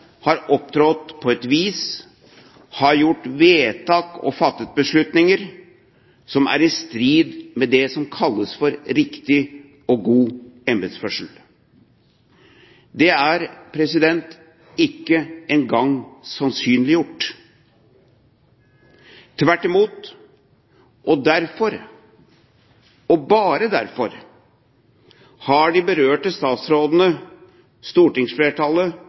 har opptrådt på et vis, gjort vedtak og fattet beslutninger som er i strid med det som kalles riktig og god embetsførsel. Det er ikke engang sannsynliggjort. Tvert imot, og derfor – og bare derfor – har de berørte statsrådene stortingsflertallet